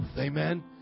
amen